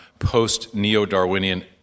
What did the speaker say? post-neo-Darwinian